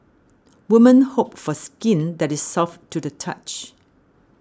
women hope for skin that is soft to the touch